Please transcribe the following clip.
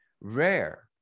rare